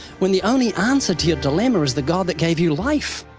when the only answer to your dilemma is the god that gave you life.